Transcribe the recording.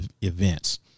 events